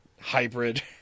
hybrid